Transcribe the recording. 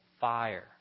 fire